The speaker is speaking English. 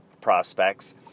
prospects